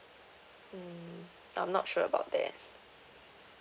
mm I'm not sure about that